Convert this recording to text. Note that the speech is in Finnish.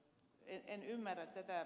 en ymmärrä tätä